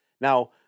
Now